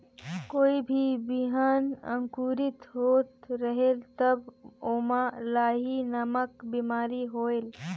कोई भी बिहान अंकुरित होत रेहेल तब ओमा लाही नामक बिमारी होयल?